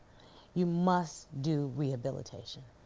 you must do rehabilitation.